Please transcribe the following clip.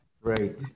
Right